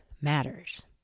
matters